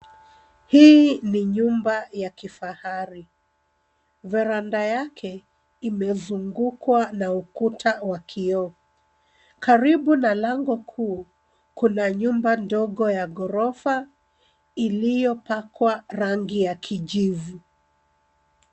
Hii ni nyumba ya kifahari. Veranda yake imezungukwa na ukuta wa kioo. Karibu na lango kuu kuna nyumba ndogo ya ghorofa iliyo pakwa rangi ya kijivu.